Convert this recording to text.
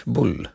Bull